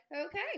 okay